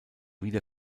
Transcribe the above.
wieder